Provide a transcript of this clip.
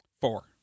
Four